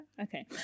Okay